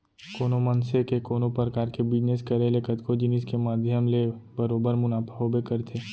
कोनो मनसे के कोनो परकार के बिजनेस करे ले कतको जिनिस के माध्यम ले बरोबर मुनाफा होबे करथे